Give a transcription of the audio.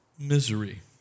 misery